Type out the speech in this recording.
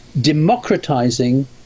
democratizing